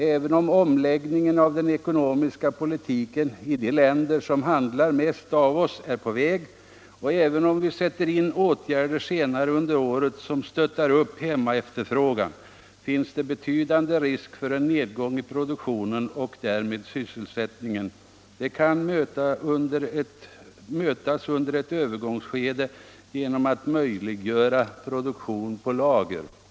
Även om omläggningen av den ekonomiska politiken i de länder som handlar mest av oss är på väg — och även om vi sätter in åtgärder senare under året som stöttar upp hemmaefterfrågan = finns det betydande risk för en nedgång i produktionen och därmed i sysselsättningen. Den kan mötas under ett övergångsskede genom att produktion på lager möjliggörs.